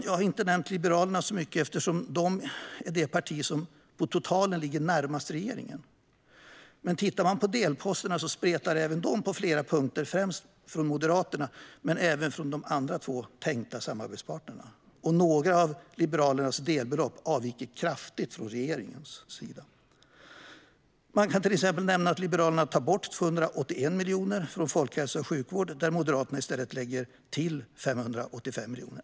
Jag har inte nämnt Liberalerna så mycket, eftersom det är det parti som på totalen ligger närmast regeringen. Men tittar man på delposterna ser man att även de spretar på flera punkter. Det gäller främst Moderaterna men även de andra två tänkta samarbetsparterna. Några av Liberalernas delbelopp avviker kraftigt från regeringens. Man kan exempelvis nämna att Liberalerna tar bort 281 miljoner från folkhälsa och sjukvård. Där lägger Moderaterna i stället till 595 miljoner.